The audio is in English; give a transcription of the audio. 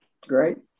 great